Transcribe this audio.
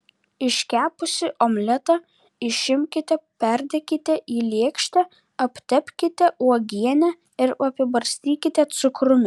iškepusį omletą išimkite perdėkite į lėkštę aptepkite uogiene ir apibarstykite cukrumi